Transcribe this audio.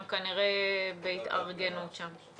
הם כנראה בהתארגנות שם.